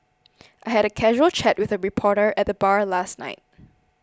I had a casual chat with a reporter at the bar last night